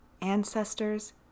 ancestors